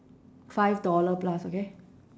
five dollar plus okay